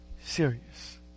serious